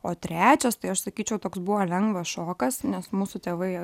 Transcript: o trečias tai aš sakyčiau toks buvo lengvas šokas nes mūsų tėvai